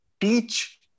teach